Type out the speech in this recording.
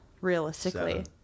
Realistically